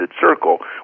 circle